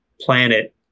planet